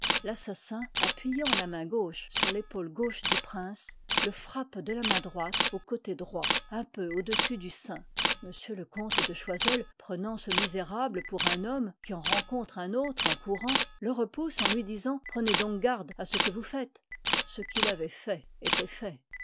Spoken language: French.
l'assassin appuyant la main liv h gauche sur l'épaule gauche du prince le frappe de la main droite au côté droit un peu au-dessus du sein m le comte de choiseul prenant ce misérable pour un homme qui en rencontre un autre en courant le repousse en lui disant prenez donc garde à ce que vous faites ce qu'il avoit fait étoit fait